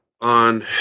on